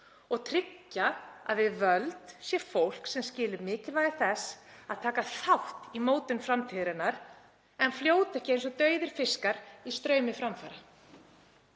og tryggja að við völd sé fólk sem skilur mikilvægi þess að taka þátt í mótun framtíðarinnar en fljóti ekki eins og dauðir fiskar í straumi framfara.